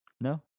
no